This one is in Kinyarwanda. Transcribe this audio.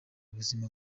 ubuzima